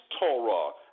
Torah